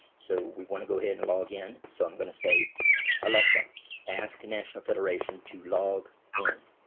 so we want to go ahead and login. so i'm gonna say alexa asking national federation to log ah and